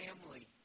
family